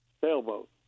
Sailboat